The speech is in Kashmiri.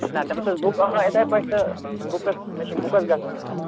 نہَ دوٚپُس حظ بُک گَو وۅنی یِتھٕے پٲٹھۍ تہٕ بُکَس مےٚ چھِ بُکَس گژھُن حظ